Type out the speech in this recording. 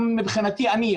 גם מבחינתי אני,